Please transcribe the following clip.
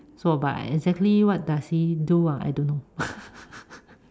so but exactly what does he do ah I don't know